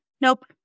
Nope